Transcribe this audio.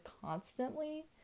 constantly